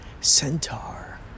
Centaur